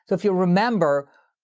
if you remember,